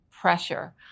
pressure